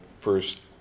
first